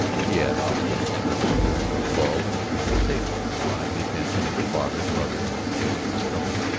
she had offered her sympathy during a lull in the conversation, drawing the attention of her father, mother, and virginia to elmer,